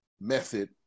method